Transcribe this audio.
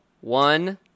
one